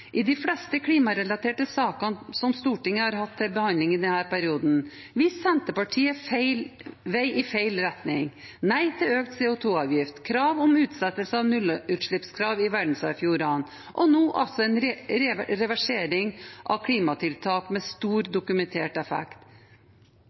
I de fleste klimarelaterte saker som Stortinget har hatt til behandling i denne perioden, viser Senterpartiet vei i feil retning: nei til økt CO 2 -avgift, krav om utsettelse av nullutslippskrav i verdensarvfjordene og nå altså en reversering av et klimatiltak med stor